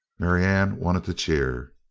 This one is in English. marianne wanted to cheer.